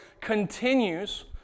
continues